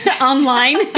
online